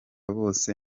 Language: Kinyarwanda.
bose